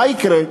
מה יקרה?